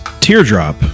teardrop